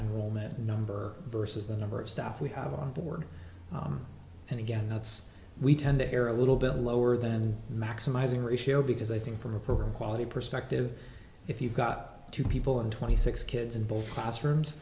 wilmet number versus the number of stuff we have on board and again that's we tend to err a little bit lower than maximizing ratio because i think from a program quality perspective if you've got two people and twenty six kids in both classrooms